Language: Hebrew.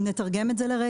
אם נתרגם את זה לרגע,